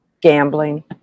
gambling